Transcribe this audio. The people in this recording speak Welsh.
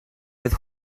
oedd